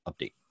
update